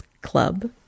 club